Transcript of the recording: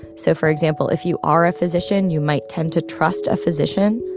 so, for example, if you are a physician, you might tend to trust a physician.